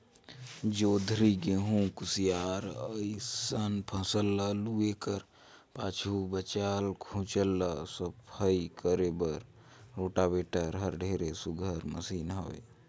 जोंधरी, गहूँ, कुसियार असन फसल ल लूए कर पाछू बाँचल खुचल ल सफई करे बर रोटावेटर हर ढेरे सुग्घर मसीन हवे